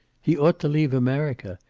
he ought to leave america.